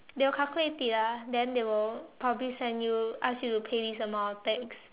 they will calculate it lah then they will probably send you ask you to pay this amount of tax